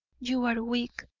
you are weak,